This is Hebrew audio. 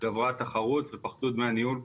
גברה התחרות ופחתו דמי הניהול.